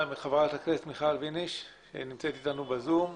חברת הכנסת מיכל וונש שנמצאת אתנו ב-זום.